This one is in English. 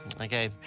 Okay